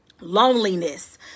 loneliness